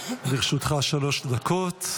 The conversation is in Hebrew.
לרשותך שלוש דקות.